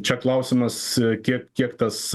čia klausimas kiek kiek tas